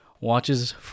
watches